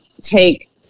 take